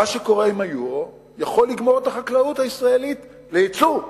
מה שקורה עם היורו יכול לגמור את החקלאות הישראלית ליצוא,